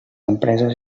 empreses